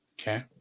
Okay